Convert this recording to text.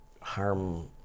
harm